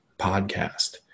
podcast